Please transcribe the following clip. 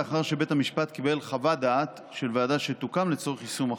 לאחר שבית המשפט קיבל חוות דעת של ועדה שתוקם לצורך יישום החוק.